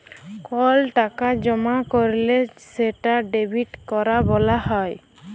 call টাকা জমা ক্যরলে সেটা ডেবিট ক্যরা ব্যলা হ্যয়